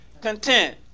content